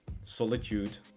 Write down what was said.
solitude